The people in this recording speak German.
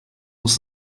muss